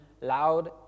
loud